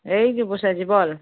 এই যে বসে আছি বল